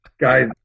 guys